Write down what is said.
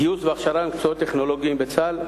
גיוס והכשרה למקצועות טכנולוגיים בצה"ל.